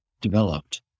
developed